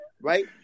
right